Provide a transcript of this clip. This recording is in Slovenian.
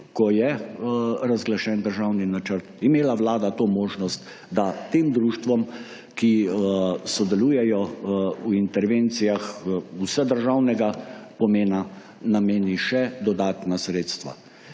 ko je razglašen državni načrt, imela Vlada to možnost, da tem društvom, ki sodelujejo v intervencijah vsedržavnega pomena, nameni še dodatna sredstva.